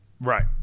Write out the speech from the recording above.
Right